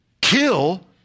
kill